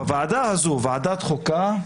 בוועדה הזו, ועדת חוקה,